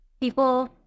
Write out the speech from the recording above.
people